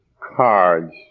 cards